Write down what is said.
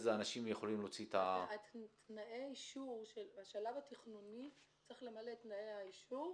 אנשים יכולים להוציא --- בשלב התכנוני צריך למלא את תנאי האישור.